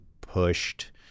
pushed